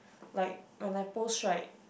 like when I post right